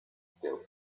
still